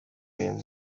ibintu